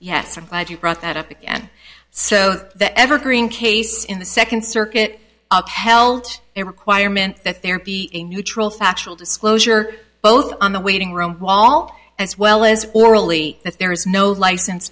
yes i'm glad you brought that up again so that evergreen case in the second circuit upheld a requirement that there be a neutral factual disclosure both on the waiting room wall as well as orally that there is no license